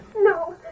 No